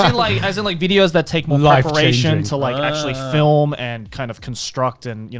um like as in like videos that take more like preparation to like actually film and kind of construct, and you